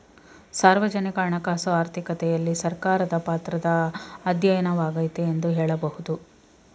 ಸಾರ್ವಜನಿಕ ಹಣಕಾಸು ಆರ್ಥಿಕತೆಯಲ್ಲಿ ಸರ್ಕಾರದ ಪಾತ್ರದ ಅಧ್ಯಯನವಾಗೈತೆ ಎಂದು ಹೇಳಬಹುದು